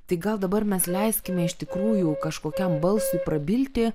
tai gal dabar mes leiskime iš tikrųjų kažkokiam balsui prabilti